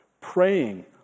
praying